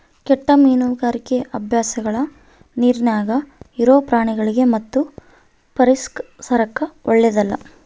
ಕೆಟ್ಟ ಮೀನುಗಾರಿಕಿ ಅಭ್ಯಾಸಗಳ ನೀರಿನ್ಯಾಗ ಇರೊ ಪ್ರಾಣಿಗಳಿಗಿ ಮತ್ತು ಪರಿಸರಕ್ಕ ಓಳ್ಳೆದಲ್ಲ